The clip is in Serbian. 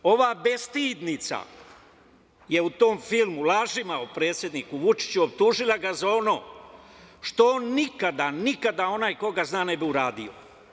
Ova bestidnica je u tom filmu lažima o predsedniku Vučiću optužila ga za ono što on nikada, nikada, onaj ko ga zna, ne bi uradio.